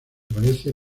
parece